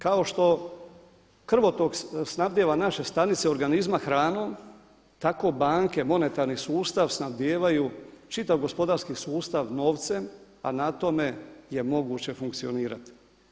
Kao što krvotok snabdijeva naše stanice organizma hranom, tako banke monetarni sustav snabdijevaju, čitav gospodarski sustav novcem, a na tome je moguće funkcionirati.